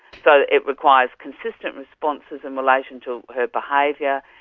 so it requires consistent responses in relation to her behaviour,